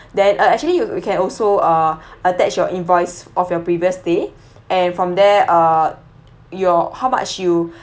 then uh actually you you can also uh attach your invoice of your previous stay and from there uh your how much you